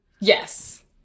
Yes